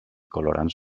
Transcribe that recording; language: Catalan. colorants